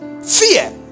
Fear